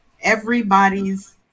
everybody's